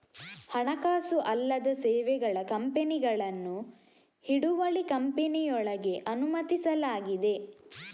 ಹಣಕಾಸು ಅಲ್ಲದ ಸೇವೆಗಳ ಕಂಪನಿಗಳನ್ನು ಹಿಡುವಳಿ ಕಂಪನಿಯೊಳಗೆ ಅನುಮತಿಸಲಾಗಿದೆ